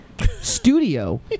studio